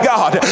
God